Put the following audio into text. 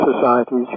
societies